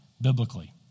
biblically